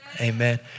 Amen